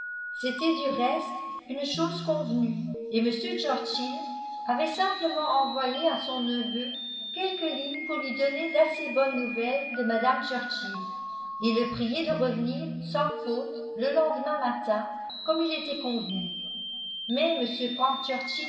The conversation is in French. c'était du reste une chose convenue et m churchill avait simplement envoyé à son neveu quelques lignes pour lui donner d'assez bonnes nouvelles de mme churchill et le prier de revenir sans faute le lendemain matin comme il était convenu mais m frank